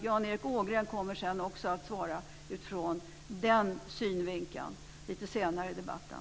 Jan Erik Ågren kommer att svara utifrån den synvinkeln lite senare i debatten.